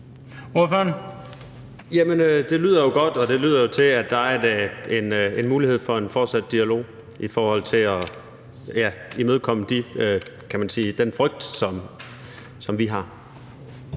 det lyder jo godt, og det lyder til, at der er en mulighed for en fortsat dialog i forhold til at imødekomme den frygt, kan man